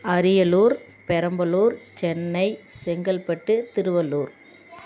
Ariyalur Perambalur Chennai Chengalpattu Tiruvallur